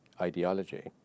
ideology